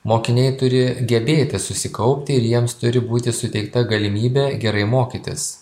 mokiniai turi gebėti susikaupti ir jiems turi būti suteikta galimybė gerai mokytis